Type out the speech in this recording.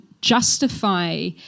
justify